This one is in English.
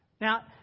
now